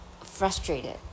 frustrated